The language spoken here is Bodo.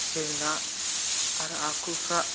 जेंना आरो आखुफ्रा